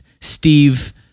Steve